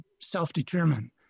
self-determine